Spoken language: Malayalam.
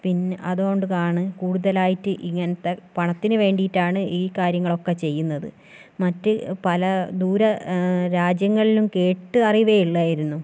പിന്നെ അതുകൊണ്ട് ആണ് കൂടുതലായിട്ട് ഇങ്ങനത്തെ പണത്തിന് വേണ്ടിയിട്ടാണ് ഈ കാര്യങ്ങളൊക്കെ ചെയ്യുന്നത് മറ്റ് പല ദൂര രാജ്യങ്ങളിലും കേട്ട് അറിവേ ഉള്ളായിരുന്നുള്ളു